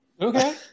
Okay